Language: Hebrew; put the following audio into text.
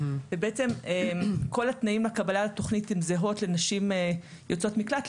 כל התנאים לקבלה לתוכנית הן זהות לנשים יוצאות מקלט,